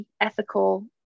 ethical